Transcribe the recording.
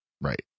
Right